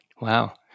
Wow